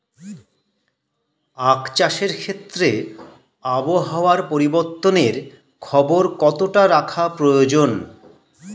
আখ চাষের ক্ষেত্রে আবহাওয়ার পরিবর্তনের খবর কতটা রাখা প্রয়োজন?